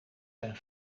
zijn